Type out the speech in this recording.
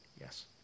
Yes